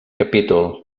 capítol